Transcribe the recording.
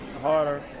harder